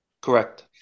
Correct